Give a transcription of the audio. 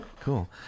cool